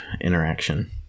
interaction